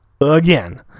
Again